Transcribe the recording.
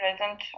present